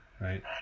right